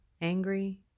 angry